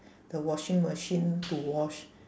the washing machine to wash